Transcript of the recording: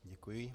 Děkuji.